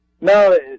No